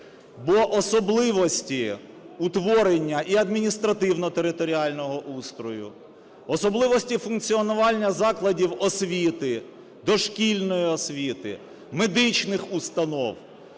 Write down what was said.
бо особливості утворення і адміністративно-територіального устрою, особливості функціонування закладів освіти, дошкільної освіти, медичних установ,